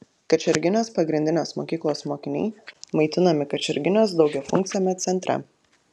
kačerginės pagrindinės mokyklos mokiniai maitinami kačerginės daugiafunkciame centre